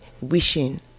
wishing